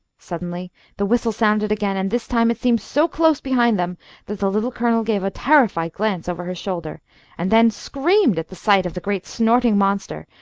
suddenly the whistle sounded again, and this time it seemed so close behind them that the little colonel gave a terrified glance over her shoulder and then screamed at the sight of the great snorting monster,